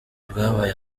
bwabaye